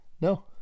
No